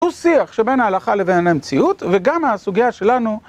הוא שיח שבין ההלכה לבין המציאות וגם מהסוגיה שלנו.